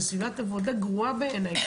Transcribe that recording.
זו סביבת עבודה גרועה בעיניי,